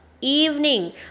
evening